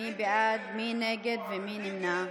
--- תבוא ותתנצל,